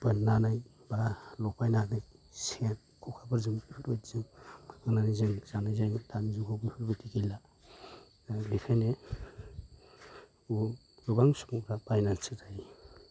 बोननानै बा लफायनानै सेन खखाफाेरजों बेफोरबायदि बोखांनानै जों जानाय जायोमोन दानि जुगाव बेफोर बायदि गैला बेखायनो गोबां सुबुंफ्रा बायनानैसो जायो